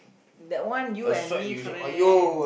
that one you and me friend